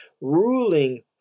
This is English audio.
ruling